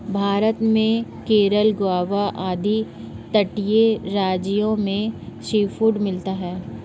भारत में केरल गोवा आदि तटीय राज्यों में सीफूड मिलता है